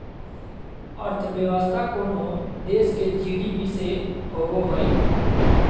अर्थव्यवस्था कोनो देश के जी.डी.पी से होवो हइ